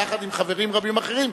יחד עם חברים רבים אחרים,